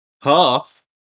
half